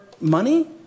money